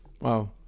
wow